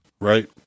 right